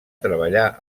treballà